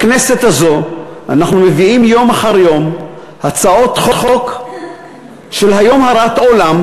בכנסת הזאת אנחנו מביאים יום אחר יום הצעות חוק של היום הרת עולם,